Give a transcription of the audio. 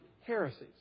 heresies